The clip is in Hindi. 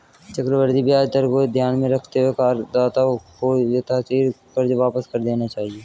चक्रवृद्धि ब्याज दर को ध्यान में रखते हुए करदाताओं को यथाशीघ्र कर्ज वापस कर देना चाहिए